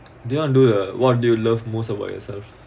do you wanna do the what do you love most about yourself